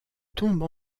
tombe